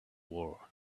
war